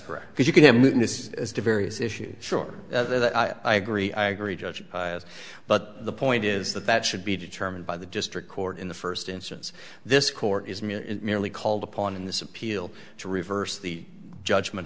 correct because you can imagine this is very is issues sure i agree i agree judge but the point is that that should be determined by the district court in the first instance this court is merely called upon in this appeal to reverse the judgment